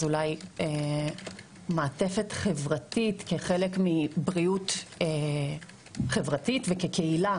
אבל אולי מעטפת חברתית כחלק מבריאות חברתית וכקהילה.